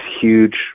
huge